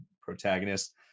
protagonist